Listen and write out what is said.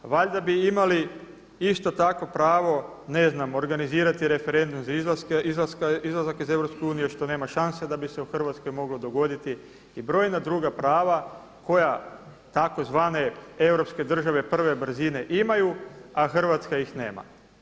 Valjda bi imali isto tako pravo organizirati referendum za izlazak iz Europske unije, što nema šanse da bi se u Hrvatskoj moglo dogoditi i brojna druga prava koja tzv. europske države prve brzine imaju, a Hrvatska ih nema.